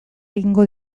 egingo